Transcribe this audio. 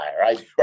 right